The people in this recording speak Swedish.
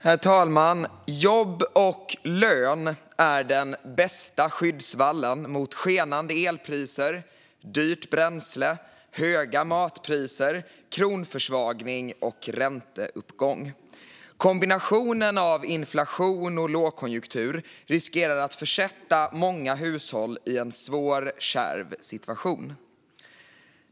Herr talman! Jobb och lön är den bästa skyddsvallen mot skenande elpriser, dyrt bränsle, höga matpriser, kronförsvagning och ränteuppgång. Kombinationen av inflation och lågkonjunktur riskerar att försätta många hushåll i en svår och kärv situation.